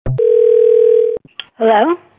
Hello